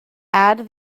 add